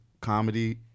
comedy